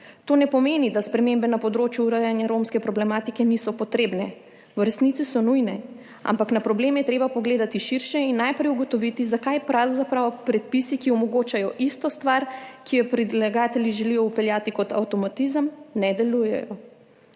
To ne pomeni, da spremembe na področju urejanja romske problematike niso potrebne, v resnici so nujne, ampak na problem je treba pogledati širše in najprej ugotoviti, zakaj pravzaprav predpisi, ki omogočajo isto stvar, ki jo predlagatelji želijo vpeljati kot avtomatizem, ne delujejo.